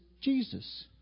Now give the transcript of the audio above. Jesus